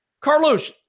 Carlos